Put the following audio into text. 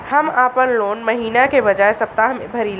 हम आपन लोन महिना के बजाय सप्ताह में भरीला